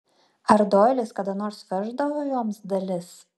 ar doilis kada nors veždavo joms dalis